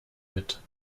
mit